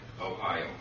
Ohio